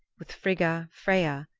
with frigga, freya,